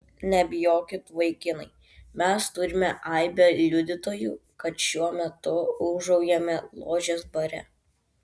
nebijokit vaikinai mes turime aibę liudytojų kad šiuo metu ūžaujame ložės bare